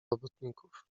robotników